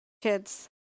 kids